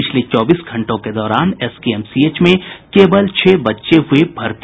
पिछले चौबीस घंटों के दौरान एसकेएमसीएच में केवल छह बच्चे हुये भर्ती